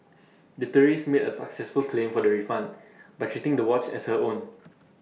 the tourist made A successful claim for the refund by treating the watch as her own